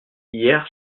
hier